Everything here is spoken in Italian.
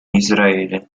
israele